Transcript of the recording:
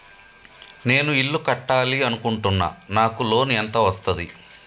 నేను ఇల్లు కట్టాలి అనుకుంటున్నా? నాకు లోన్ ఎంత వస్తది?